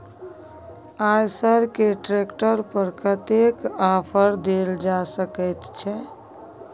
आयसर के ट्रैक्टर पर कतेक के ऑफर देल जा सकेत छै?